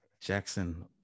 Jackson